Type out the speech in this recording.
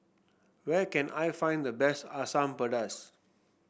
where can I find the best Asam Pedas